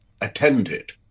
attended